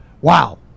Wow